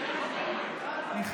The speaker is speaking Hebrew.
אינה נוכחת רם